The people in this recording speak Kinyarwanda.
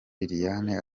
liliane